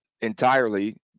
entirely